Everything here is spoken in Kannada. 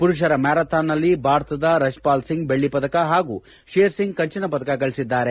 ಪುರುಷರ ಮ್ಲಾರಥಾನ್ನಲ್ಲಿ ಭಾರತದ ರಶ್ವಾಲ್ ಸಿಂಗ್ ಬೆಳ್ಳಿಪದಕ ಹಾಗೂ ಶೇರ್ ಸಿಂಗ್ ಕಂಚಿನ ಪದಕ ಗಳಿಸಿದ್ದಾರೆ